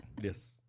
Yes